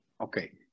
Okay